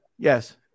Yes